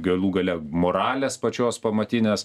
galų gale moralės pačios pamatinės